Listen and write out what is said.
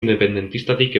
independentistatik